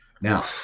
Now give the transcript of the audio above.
Now